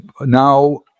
now